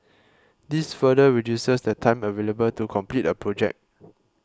this further reduces the time available to compete a project